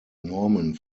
normen